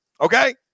Okay